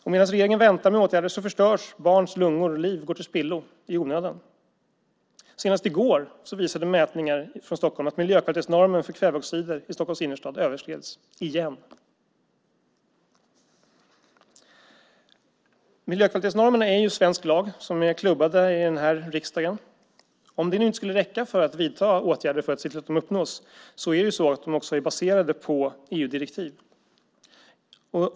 Och medan regeringen väntar med åtgärder förstörs barns lungor, och liv går till spillo i onödan. Senast i går visade mätningar från Stockholm att miljökvalitetsnormen för kväveoxider i Stockholms innerstad överskreds - igen. Miljökvalitetsnormerna är svensk lag. De är klubbade i denna riksdag. Om det inte skulle räcka för att vidta åtgärder så att de uppnås vill jag nämna att de är baserade på EU-direktiv.